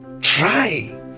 Try